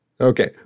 Okay